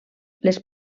les